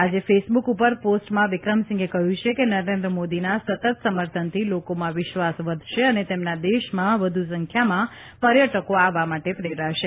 આજે ફેસબૂક ઉપર પોસ્ટમાં વિક્રમસિંઘે કહ્યું છે કે નરેન્દ્ર મોદીના સતત સમર્થનથી લોકોમાં વિશ્વાસ વધશે અને તેમના દેશમાં વ્ધુ સંખ્યામાં પર્યટકો આવવા માટે પ્રેરાશે